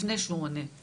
לפני שהוא עונה.